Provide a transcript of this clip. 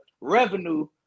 revenue